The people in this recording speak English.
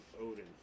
Odin